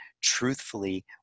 truthfully